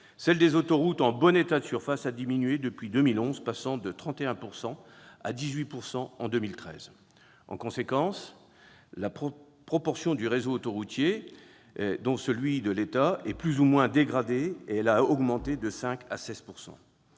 celle des autoroutes en bon état de surface a diminué depuis 2011, passant de 31 % à 18 % en 2013. En conséquence, la proportion du réseau autoroutier dont l'état est plus ou moins dégradé a augmenté, passant